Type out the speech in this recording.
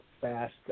fast